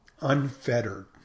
unfettered